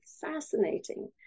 fascinating